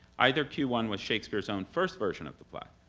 either q one was shakespeare's own first version of the play,